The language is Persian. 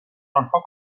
آنها